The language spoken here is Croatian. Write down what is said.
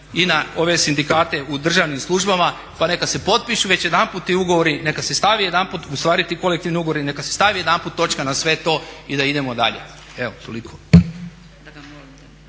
i na ove sindikate u državnim službama pa neka se potpišu već jedanput ti ugovori, neka se stavi jedanput ustvari ti kolektivni ugovori, neka se stavi jedanput točka na sve to i da idemo dalje. Evo toliko.